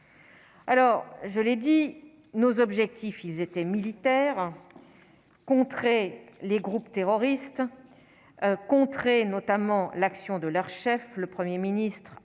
alors je l'ai dit, nos objectifs, ils étaient militaire contre les groupes terroristes contrer notamment l'action de leur chef, le 1er ministre